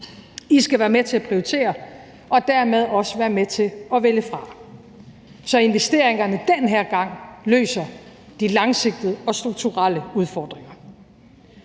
I skal være med til at prioritere og dermed også være med til at vælge fra, så investeringerne den her gang løser de langsigtede og strukturelle udfordringer.